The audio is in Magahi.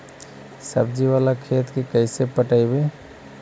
सब्जी बाला खेत के कैसे पटइबै?